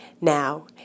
Now